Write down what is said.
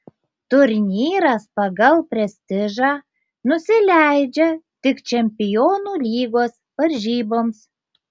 turnyras pagal prestižą nusileidžia tik čempionų lygos varžyboms